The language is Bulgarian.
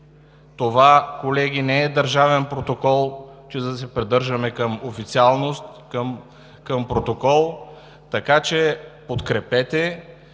Това, колеги, не е държавен протокол, че да се придържаме към официалност, към протокол, така че го подкрепете,